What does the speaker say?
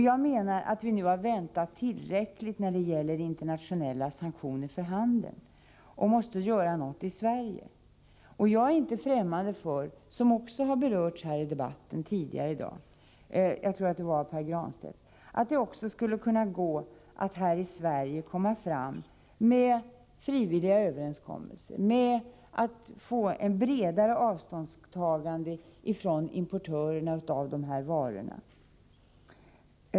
Jag menar att vi nu har väntat tillräckligt när det gäller internationella sanktioner för handeln och måste göra något i Sverige. Det är möjligt — det har också berörts i debatten här tidigare i dag, jag tror att det var av Pär Granstedt — att det här i Sverige skulle gå att komma fram genom frivilliga överenskommelser och genom ett bredare avståndstagande från importörerna av varorna.